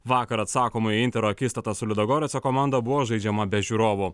vakar atsakomąjį intero akistatą su liudagoreco komanda buvo žaidžiama be žiūrovų